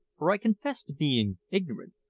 for i confess to being ignorant,